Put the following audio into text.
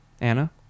Anna